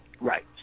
Right